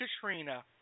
Katrina